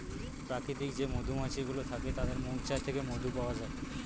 প্রাকৃতিক যে মধুমাছি গুলো থাকে তাদের মৌচাক থেকে মধু পাওয়া যায়